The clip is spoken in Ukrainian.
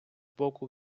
боку